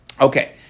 okay